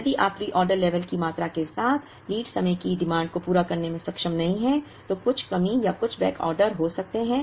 यदि आप reorder level की मात्रा के साथ लीड समय की मांग को पूरा करने में सक्षम नहीं हैं तो कुछ कमी या कुछ बैकऑर्डर हो सकते हैं